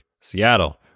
Seattle